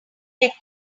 neck